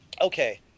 okay